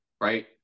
right